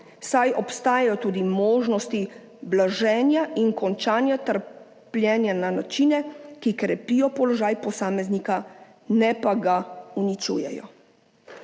saj obstajajo tudi možnosti blaženja in končanja trpljenja na načine, ki krepijo položaj posameznika, ne pa ga uničujejo.